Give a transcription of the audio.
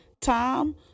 Tom